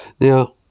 Now